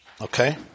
Okay